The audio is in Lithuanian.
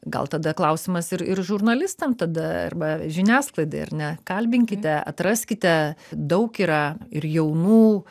gal tada klausimas ir ir žurnalistam tada arba žiniasklaidai ar ne kalbinkite atraskite daug yra ir jaunų